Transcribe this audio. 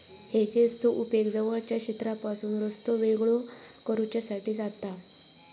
हेजेसचो उपेग जवळच्या क्षेत्रापासून रस्तो वेगळो करुच्यासाठी जाता